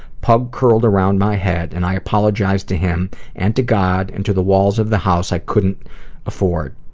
pug curled around my head, and i apologized to him and to god, and to the walls of the house i couldn't afford.